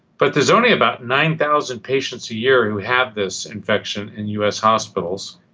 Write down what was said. but there's only about nine thousand patients a year who have this infection in us hospitals,